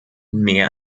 mehr